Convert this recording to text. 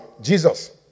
Jesus